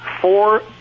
four